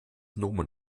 nomen